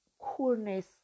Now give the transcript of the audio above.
coolness